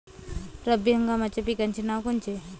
रब्बी हंगामाच्या पिकाचे नावं कोनचे?